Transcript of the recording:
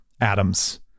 atoms